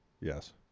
Yes